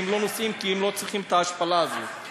זה מה